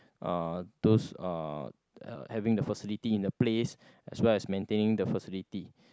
uh those uh having the facilities in the place as well as maintaining the facility